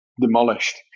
demolished